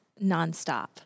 nonstop